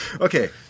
Okay